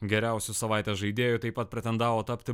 geriausiu savaitės žaidėju taip pat pretendavo tapti